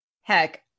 Heck